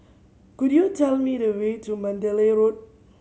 could you tell me the way to Mandalay Road